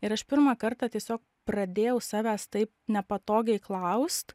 ir aš pirmą kartą tiesiog pradėjau savęs taip nepatogiai klaust